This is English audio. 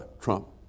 trump